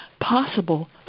possible